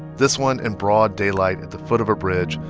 this one in broad daylight at the foot of a bridge,